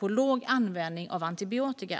och låg användning av antibiotika.